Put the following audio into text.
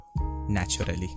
naturally